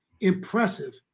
impressive